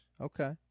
Okay